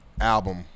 album